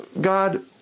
God